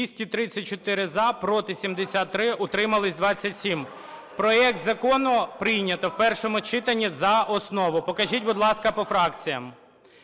За-234 Проти – 73, утрималися – 27. Проект закону прийнято у першому читанні за основу, покажіть, будь ласка, по фракціям.